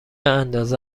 اندازه